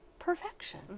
Perfection